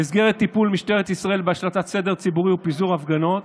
" במסגרת טיפול משטרת ישראל בהשלטת סדר ציבורי ופיזור הפגנות